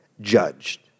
judged